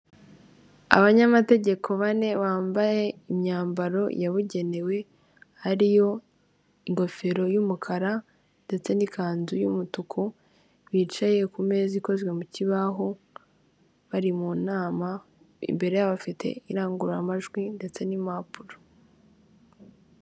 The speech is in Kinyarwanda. Abanyamategeko bane bambaye imyambaro yabugenewe, ariyo ingofero y'umukara ndetse n'ikanzu y'umutuku, bicaye ku meza ikozwe mu kibaho bari mu nama. Imbere yabo bafite irangururamajwi ndetse n'impapuro.